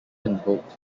invoked